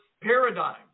paradigm